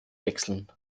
wechseln